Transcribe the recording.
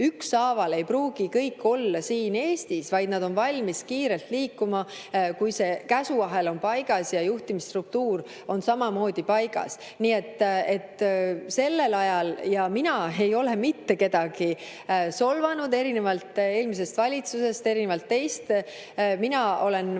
ükshaaval ei pruugi kõik olla siin Eestis, vaid nad on valmis kiirelt liikuma, kui käsuahel on paigas ja juhtimisstruktuur on samamoodi paigas. Ja mina ei ole mitte kedagi solvanud, erinevalt eelmisest valitsusest, erinevalt teist. Mina olen väga hästi